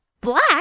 Black